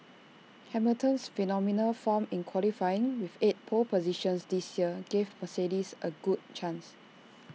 Hamilton's phenomenal form in qualifying with eight pole positions this year gives Mercedes A good chance